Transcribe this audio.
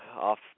off